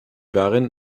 waren